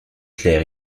clair